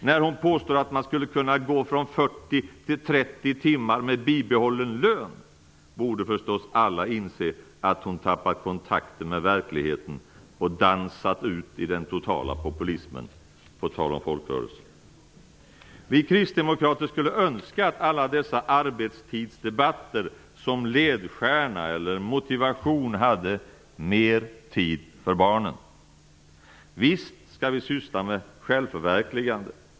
När hon påstår att man skulle kunna gå från 40 till 30 timmar med bibehållen lön borde förstås alla inse att hon tappat kontakten med verkligheten och dansat ut i den totala populismen, på tal om folkrörelser. Vi kristdemokrater skulle önska att alla dessa arbetstidsdebatter som ledstjärna eller motivation hade: Mer tid för barnen. Visst skall vi syssla med självförverkligande.